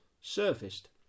surfaced